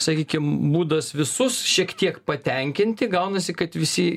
sakykim būdas visus šiek tiek patenkinti gaunasi kad visi